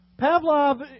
Pavlov